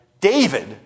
David